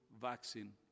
vaccine